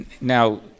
Now